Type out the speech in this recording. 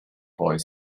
boy